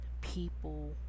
people